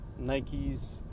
Nikes